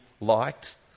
liked